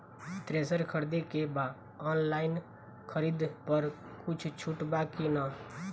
Thresher खरीदे के बा ऑनलाइन खरीद पर कुछ छूट बा कि न?